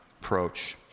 approach